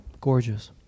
gorgeous